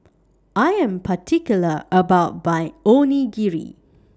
I Am particular about My Onigiri